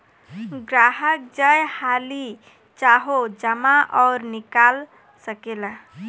ग्राहक जय हाली चाहो जमा अउर निकाल सकेला